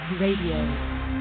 Radio